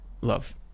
love